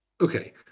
Okay